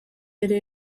ere